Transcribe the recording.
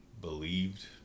believed